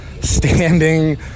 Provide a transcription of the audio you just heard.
standing